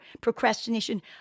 procrastination